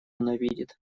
ненавидит